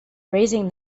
raising